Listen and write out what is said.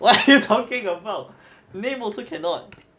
what are you talking about name also cannot